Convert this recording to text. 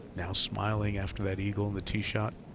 now smiling after that eagle on the tee shot.